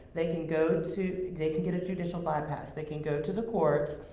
they can go to, they can get a judicial bypass, they can go to the courts,